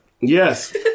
Yes